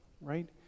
right